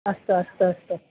अस्तु अस्तु अस्तु